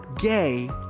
gay